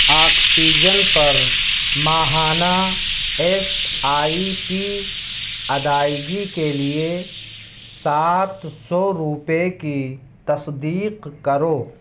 oxygen پر ماہانہ S I P ادائیگی کے لیے سات سو روپے کی تصدیق کرو